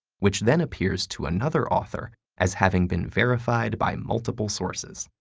which then appears to another author as having been verified by multiple sources.